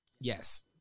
Yes